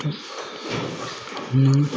नों